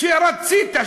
כשרצית,